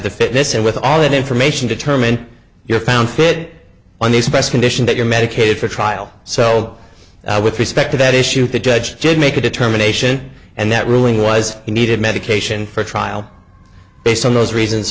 the fitness and with all that information determine your found fit on a special edition that you're medicated for trial so with respect to that issue the judge did make a determination and that ruling was he needed medication for trial based on those reasons